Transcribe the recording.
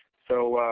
so,